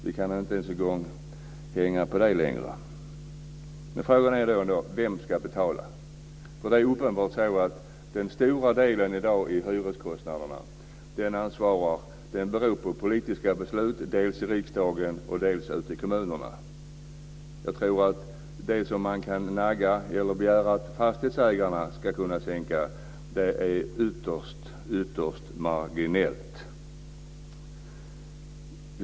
Vi kan inte ens hänga upp oss på elen längre. Vem ska betala? Den stora delen av hyreskostnaden beror på politiska beslut dels i riksdagen, dels i kommunerna. Den kostnad som man kan begära att fastighetsägarna ska sänka är ytterst marginell.